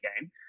game